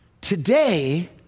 Today